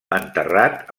enterrat